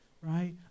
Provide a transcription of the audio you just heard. right